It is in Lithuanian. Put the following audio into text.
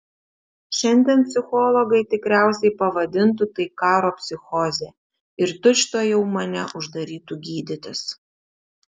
šiandien psichologai tikriausiai pavadintų tai karo psichoze ir tučtuojau mane uždarytų gydytis